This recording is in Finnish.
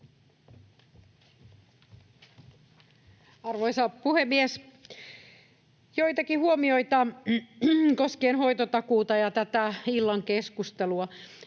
Arvoisa puhemies! Joitakin huomioita koskien hoitotakuuta ja tätä illan keskustelua.